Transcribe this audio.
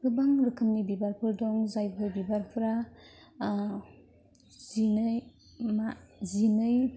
गोबां रोखोमनि बिबार दं जायफोर बिबारफ्रा जिनै